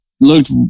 looked